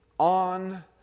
On